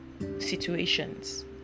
situations